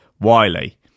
Wiley